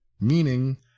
Meaning